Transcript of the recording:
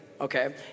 okay